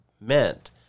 meant